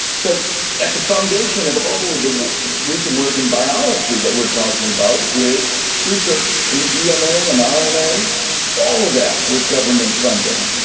so if the foundation of all the recent work in biology that we're talking about is research in dna and um rna, all of that was government funded.